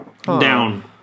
Down